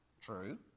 True